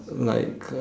like